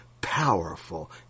powerful